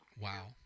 Wow